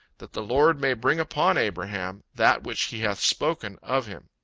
that the lord may bring upon abraham, that which he hath spoken of him.